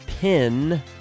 pin